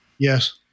Yes